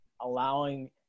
allowing